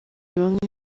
bamwe